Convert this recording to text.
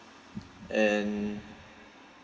and